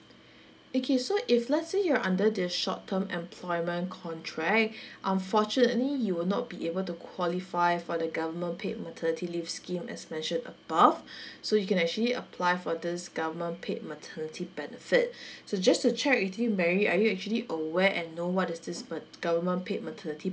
okay so if let's say you're under the short term employment contract unfortunately you will not be able to qualify for the government paid maternity leave scheme as mentioned above so you can actually apply for this government paid maternity benefit so just to check with you mary are you actually aware and know what is this mat government paid maternity